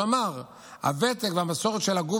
שאמר: הוותק והמסורת של הגוף